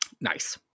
Nice